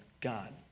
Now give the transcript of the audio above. God